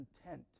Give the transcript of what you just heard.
Content